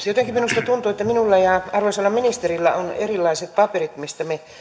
jotenkin minusta tuntuu että minulla ja arvoisalla ministerillä on erilaiset paperit mistä me